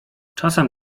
czasem